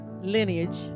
lineage